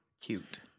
Cute